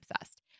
obsessed